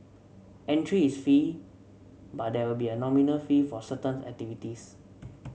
entry is free but there will be a nominal fee for certain activities